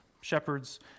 shepherds